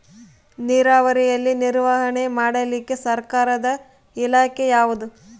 ನೇರಾವರಿಯಲ್ಲಿ ನಿರ್ವಹಣೆ ಮಾಡಲಿಕ್ಕೆ ಸರ್ಕಾರದ ಇಲಾಖೆ ಯಾವುದು?